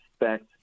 expect